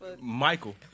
Michael